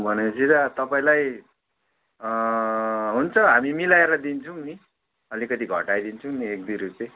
भने पछि त तपाईँलाई हुन्छ हामी मिलाएर दिन्छौँ नि अलिकति घटाइदिन्छौँ नि एक दुई रुप्पे